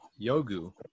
Yogu